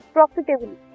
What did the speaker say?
profitably